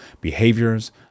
behaviors